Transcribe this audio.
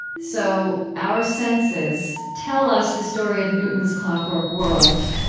so, our senses tell us the story of newton's clockwork world,